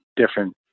Different